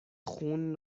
خون